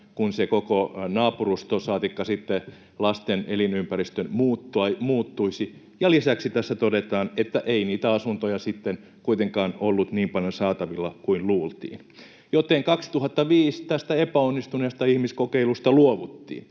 kun koko naapurusto saatikka sitten lasten elinympäristö muuttuisi, ja lisäksi tässä todetaan, että ei niitä asuntoja sitten kuitenkaan ollut niin paljon saatavilla kuin luultiin. Joten 2005 tästä epäonnistuneesta ihmiskokeilusta luovuttiin,